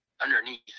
underneath